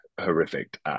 horrific